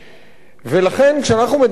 כשאנחנו מדברים על קידוחי נפט בים,